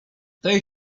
tej